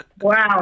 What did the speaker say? Wow